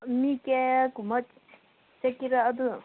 ꯃꯤ ꯀꯌꯥꯒꯨꯝꯕ ꯆꯠꯀꯦꯔꯥ ꯑꯗꯨ